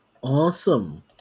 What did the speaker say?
Awesome